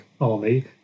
army